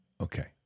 Okay